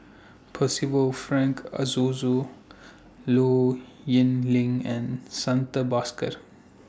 Percival Frank Aroozoo Low Yen Ling and Santha Bhaskar